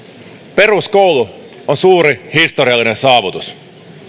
peruskoulu on suuri historiallinen saavutus